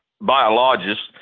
biologists